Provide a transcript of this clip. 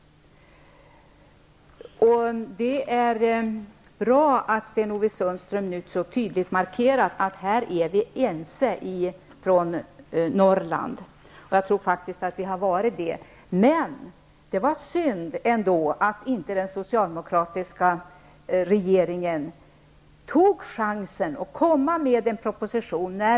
Det är bra att Sten-Ove Sundström mycket tydligt markerar att vi som kommer från Norrland är ense på den här punkten. Jag tror att vi faktiskt var det tidigare också. Men det är synd att den socialdemokratiska regeringen inte tog chansen och lade fram en proposition.